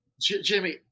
Jimmy